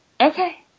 Okay